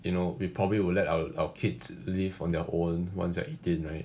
you know we probably will let our our kids live on their own once they're eighteen right